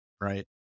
Right